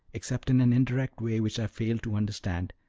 except in an indirect way which i failed to understand,